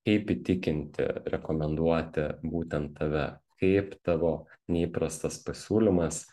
kaip įtikinti rekomenduoti būtent tave kaip tavo neįprastas pasiūlymas